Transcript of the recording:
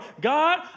God